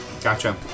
Gotcha